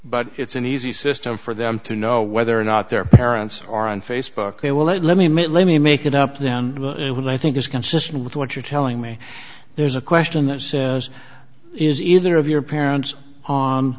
but it's an easy system for them to know whether or not their parents are on facebook they will let me meet let me make it up then when i think is consistent with what you're telling me there's a question that says is either of your parents on